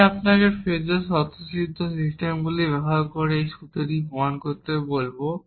আমি আপনাকে ফ্রেজের স্বতঃসিদ্ধ সিস্টেমগুলি ব্যবহার করে এই সূত্রটি প্রমাণ করতে বলব